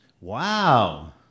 Wow